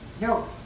No